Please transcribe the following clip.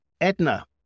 Edna